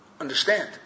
Understand